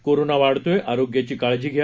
corona वाढतोय आरोग्याची काळजी घ्या